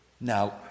Now